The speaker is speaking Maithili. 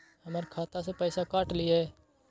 हमर खाता से पैसा काट लिए?